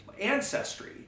ancestry